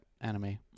anime